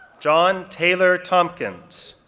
john taylor tompkins,